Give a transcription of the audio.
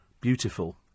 Beautiful